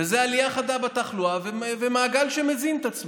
עלייה חדה בתחלואה ומעגל שמזין את עצמו.